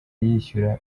yishyura